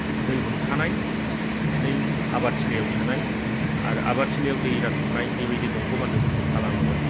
दै हमथानायनै आबाद थिलियाव सोनाय आरो आबाद थिलियाव दै रानहरनाय बेबायदि दंग'बान्दोफोरखौ खालामोबा